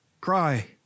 Cry